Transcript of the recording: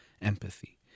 empathy